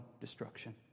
destruction